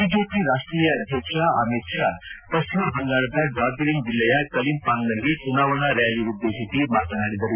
BJP ರಾಷ್ಷೀಯ ಅಧ್ಯಕ್ಷ ಅಮಿತ್ ಷಾ ಪಶ್ಲಿಮ ಬಂಗಾಳದ ಡಾರ್ಜಿಲಿಂಗ್ ಜಿಲ್ಲೆಯ ಕಲಿಂಪಾಂಗ್ನಲ್ಲಿ ಚುನಾವಣಾ ರ್ನಾಲಿ ಉದ್ದೇಶಿಸಿ ಮಾತನಾಡಿದರು